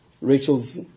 Rachel's